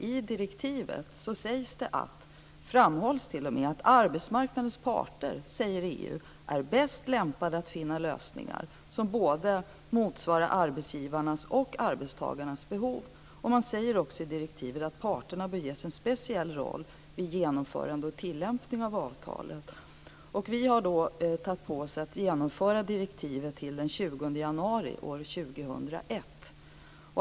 I EU direktivet sägs det att, framhålls t.o.m., att arbetsmarknadens parter är bäst lämpade att finna lösningar som motsvarar både arbetsgivarnas och arbetstagarnas behov. Man säger också i direktivet att parterna bör ges en speciell roll vid genomförande och tilllämpning av avtalen. Vi har åtagit oss att genomföra direktivet till den 20 januari 2001.